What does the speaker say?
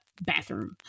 bathroom